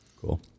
Cool